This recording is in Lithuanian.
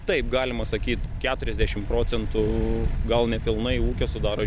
taip galima sakyt keturiasdešimt procentų gal nepilnai ūkio sudaro